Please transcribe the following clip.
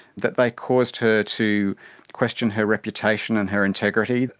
that they caused her to question her reputation and her integrity,